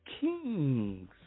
kings